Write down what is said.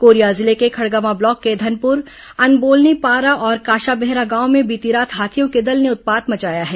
Korea जिले के Khadgawan block के धनप्र अनबोलनी पारा और काशाबेहरा गांव में बीती रात हाथियों के दल ने उत्पात मचाया है